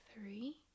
three